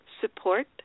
support